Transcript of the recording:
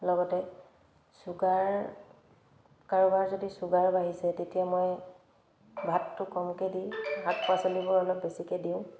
লগতে ছুগাৰ কাৰোবাৰ যদি ছুগাৰ বাঢ়িছে তেতিয়া মই ভাতটো কমকৈ দি শাক পাচলিবোৰ অলপ বেছিকৈ দিওঁ